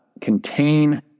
contain